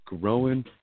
growing